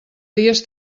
dies